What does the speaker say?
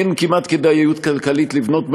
אין כמעט כדאיות כלכלית לבניית מלונות,